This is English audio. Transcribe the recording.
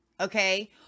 okay